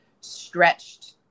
stretched